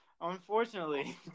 Unfortunately